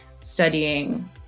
studying